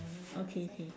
okay okay okay